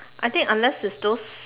I think unless it's those